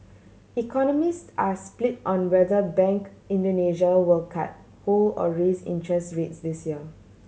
economists are split on whether Bank Indonesia will cut hold or raise interest rates this year